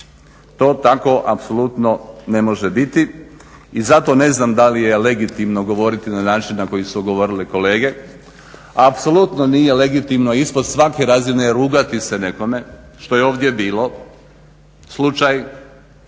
To tako apsolutno ne može biti. I zato ne znam da li je legitimno govoriti na način na koji su govorili kolege, apsolutno nije legitimno i ispod svake razine je rugati se nekome što je ovdje bio slučaj.